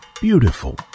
Beautiful